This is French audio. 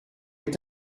est